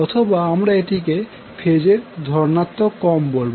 অথবা আমরা এটিকে ফেজের ধনাত্মক ক্রম বলবো